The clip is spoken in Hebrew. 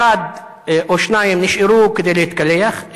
אחד או שניים נשארו כדי להתקלח,